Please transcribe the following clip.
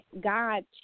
God